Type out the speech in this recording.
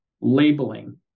labeling